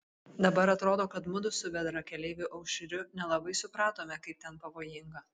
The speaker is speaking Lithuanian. dabar atrodo kad mudu su bendrakeleiviu aušriu nelabai supratome kaip ten pavojinga